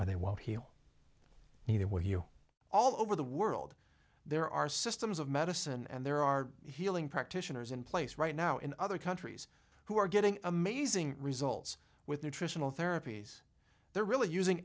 or they won't heal you know what you all over the world there are systems of medicine and there are healing practitioners in place right now in other countries who are getting amazing results with nutritional therapies they're really using